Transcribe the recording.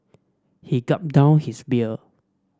he gulped down his beer